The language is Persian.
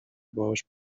باهاش